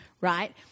right